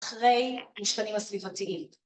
‫אחרי משתנים סביבתיים.